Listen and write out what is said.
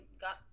got